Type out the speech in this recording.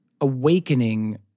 awakening